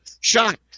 Shot